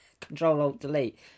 Control-Alt-Delete